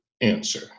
answer